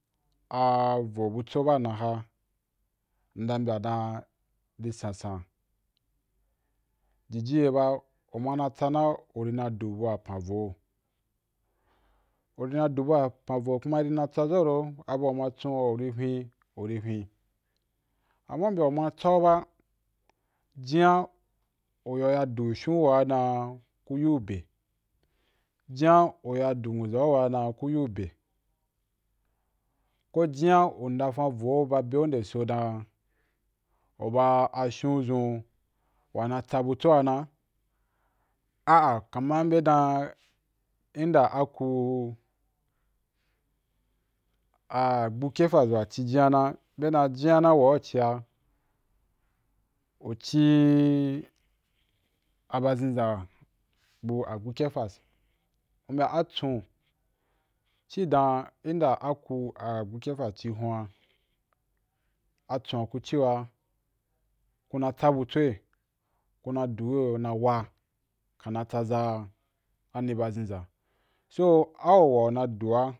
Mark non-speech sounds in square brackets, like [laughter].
[hesitation] vo butso ba na ha, nna bya dandi sansan, jiji ye ba u ma tsa na u do bua pan ‘vo, uri na do bua pan, vo ko ma ri na tsa za ro abua u ma chon a uri hwen uri hwen ama u mbya u ma tsau ba jinya u yau ya du shon wa ku yu beh jinya u ya du nwaza’u wa ku yu beh, ko jinya u ndafan vo ba be’ou de so dan u ba ashon zun wa na tsa butso a na, ah ah kaman bya dan inda aku a agbu kefas wa ci jinya na be dun jinya na wa u ciya, u cì aba zhinza bu agbu kefas, u mbya atsun ci dan in da a ku agbu kefas cì hwi a a tsun’a ku ci’ yo a, ku na tsa butso’a ku na di ì yo na wa’a kana tsaza anì bazhina so au wa na dua’a